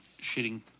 shitting